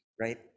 right